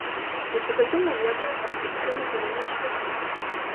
nusikaltimo vietoje aptikti metaliniai šratai